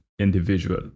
Individual